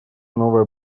новое